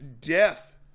death